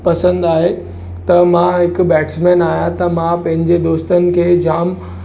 पसंदि आहे त मां हिकु बैट्समैन आहियां त मां पंहिंजे दोस्तनि खे जामु